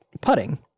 putting